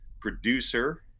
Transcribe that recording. producer